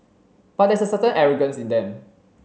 but there's a certain arrogance in them